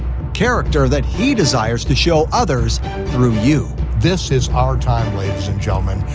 character that he desires to show others through you. this is our time, ladies and gentlemen,